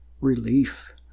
relief